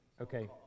Okay